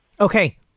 Okay